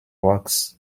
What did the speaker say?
rocks